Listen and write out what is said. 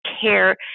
care